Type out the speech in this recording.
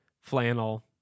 flannel